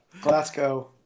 Glasgow